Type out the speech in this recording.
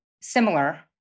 similar